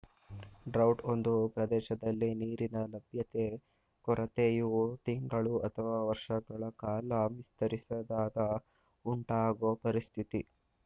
drought ಒಂದು ಪ್ರದೇಶದಲ್ಲಿ ನೀರಿನ ಲಭ್ಯತೆ ಕೊರತೆಯು ತಿಂಗಳು ಅಥವಾ ವರ್ಷಗಳ ಕಾಲ ವಿಸ್ತರಿಸಿದಾಗ ಉಂಟಾಗೊ ಪರಿಸ್ಥಿತಿ